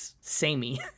samey